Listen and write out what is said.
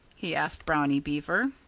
he asked brownie beaver.